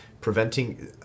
preventing